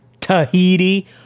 Tahiti